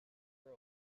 girl